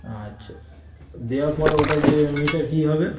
আচ্ছা দেওয়ার পরে ওটা যে মিটার কী হবে